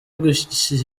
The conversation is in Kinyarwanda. kugishakira